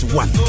one